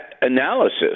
analysis